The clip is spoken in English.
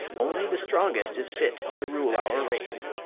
only the strongest is fit to rule our race.